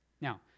Now